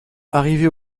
arrivé